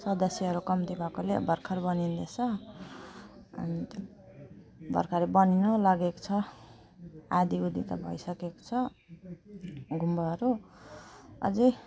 सदस्यहरू कम्ती भएकोले भर्खर बनिँदै छ अनि भर्खरै बनिनै लागेको छ आधाउधी त भइसकेको छ गुम्बाहरू अझै